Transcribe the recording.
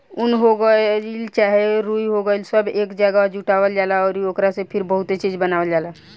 उन हो गइल चाहे रुई हो गइल सब एक जागह जुटावल जाला अउरी ओकरा से फिर बहुते चीज़ बनावल जाला